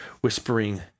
whispering